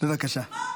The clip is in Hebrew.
בבקשה.